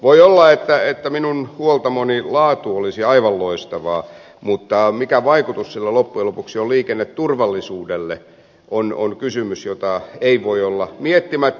voi olla että minun huoltamoni laatu olisi aivan loistavaa mutta mikä vaikutus sillä loppujen lopuksi on liikenneturvallisuuteen on kysymys jota ei voi olla miettimättä